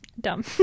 dumb